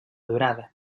durada